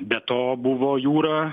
be to buvo jūra